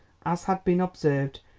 as has been observed,